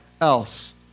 else